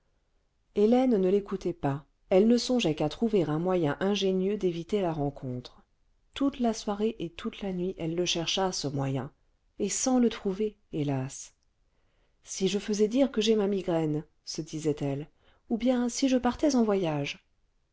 hélène ne l'écoutait pas elle ne songeait qu'à trouver un moyen ingénieux d'éviter la rencontre toute la soirée et toute la nuit elle le chercha ce moyen et sans le trouver hélas si je faisais dire que j'ai ma migraine se disait-elle ou bien si je partais en voyage